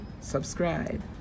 Subscribe